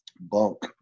bunk